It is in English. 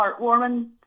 heartwarming